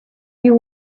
you